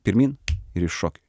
pirmyn ir iššoki